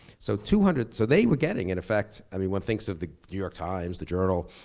so two hundred, so they were getting in effect, i mean one thinks of the new york times, the journal,